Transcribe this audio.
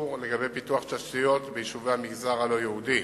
לגבי פיתוח תשתיות ביישובי המגזר הלא-יהודי.